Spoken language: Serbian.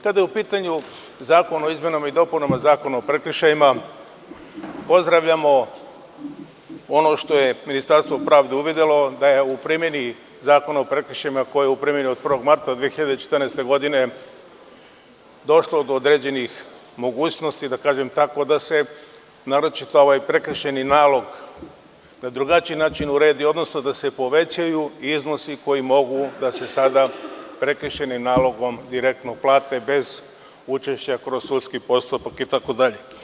Kada je u pitanju zakon o izmenama i dopunama Zakona o prekršajima pozdravljamo ono što je Ministarstvo pravde uvidelo da je u primeni Zakona o prekršajima koji je u primeni od 1. marta 2014. godine, došlo do određenih mogućnosti, da tako kažem, da se naročito ovaj prekršajni nalog na drugačiji način uredi, odnosno da se povećaju iznosi koji mogu da se prekršajnim nalogom direktno plate, bez učešća kroz sudski postupak itd.